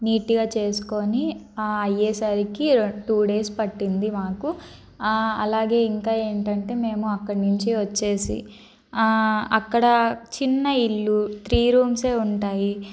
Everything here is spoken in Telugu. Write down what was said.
నీటుగా చేసుకుని అయ్యేసరికి రెం టూ డేస్ పట్టింది మాకు అలాగే ఇంకా ఏంటంటే మేము అక్కడి నుంచి వచ్చి అక్కడ చిన్న ఇల్లు త్రీ రూమ్స్ యే ఉంటాయి